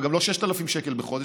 וגם לא 6,000 שקל בחודש,